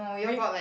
we